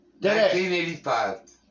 1985